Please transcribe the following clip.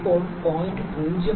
ഇപ്പോൾ 0